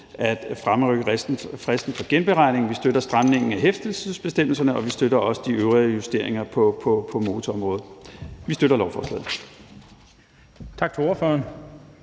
at fremrykke fristen for genberegning. Vi støtter stramningen af hæftelsesbestemmelserne, og vi støtter også de øvrige justeringer på motorområdet. Vi støtter lovforslaget.